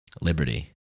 liberty